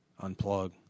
unplug